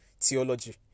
theology